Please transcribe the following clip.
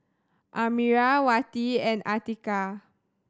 Amirah Wati and Atiqah